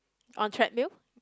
on treadmill